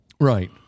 Right